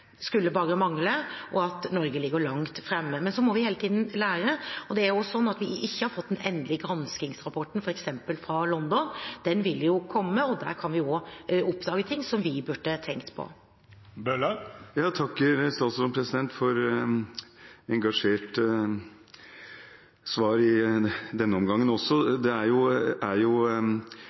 skulle bare mangle – og at Norge ligger langt framme. Men vi må hele tiden lære. Det er også slik at vi har ikke fått den endelige granskingsrapporten fra London. Den vil komme, og der kan vi også oppdage ting som vi burde tenkt på. Jeg takker for et engasjert svar i denne omgangen også.